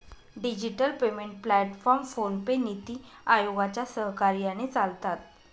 digital payment platform PhonePe, NITI आयोगाच्या सहकार्याने चालतात